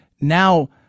now